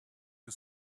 que